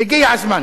תודה רבה, אדוני.